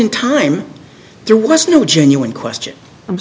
in time there was no genuine question